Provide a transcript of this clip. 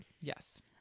Yes